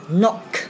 knock